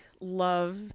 love